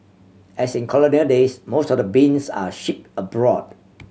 as in colonial days most of the beans are shipped abroad